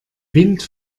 wind